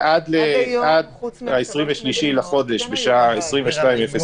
עד 23 בדצמבר בשעה 22:00,